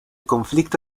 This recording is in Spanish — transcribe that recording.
conflicto